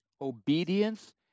obedience